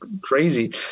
crazy